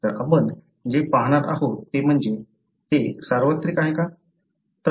तर आपण जे पाहणार आहोत ते म्हणजे ते सार्वत्रिक आहे का